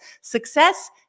Success